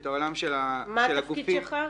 את העולם של הגופים -- מה התפקיד שלך?